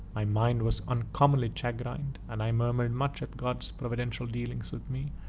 my mind was uncommonly chagrined, and i murmured much at god's providential dealings with me,